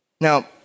Now